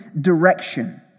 direction